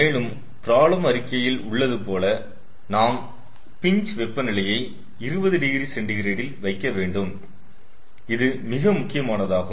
மேலும் ப்ராப்ளம் அறிக்கையில் உள்ளது போல நாம் பின்ச் வெப்பநிலையை 20oC ல் வைக்க வேண்டும் இது மிக முக்கியமானதாகும்